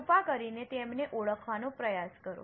કૃપા કરીને તેમને ઓળખવાનો પ્રયાસ કરો